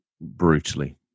brutally